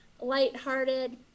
lighthearted